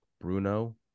Bruno